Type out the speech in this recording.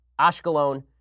Ashkelon